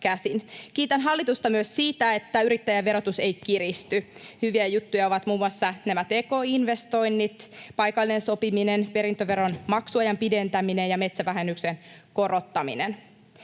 Kiitän hallitusta myös siitä, että yrittäjän verotus ei kiristy. Hyviä juttuja ovat muun muassa nämä tki-investoinnit, paikallinen sopiminen, perintöveron maksuajan pidentäminen ja metsävähennyksen korottaminen.